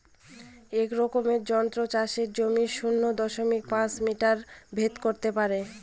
এক রকমের যন্ত্র চাষের জমির শূন্য দশমিক পাঁচ মিটার ভেদ করত পারে